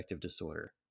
disorder